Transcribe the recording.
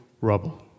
rubble